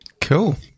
Cool